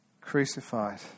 crucified